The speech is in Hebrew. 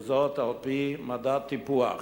וזאת על-פי מדד טיפוח.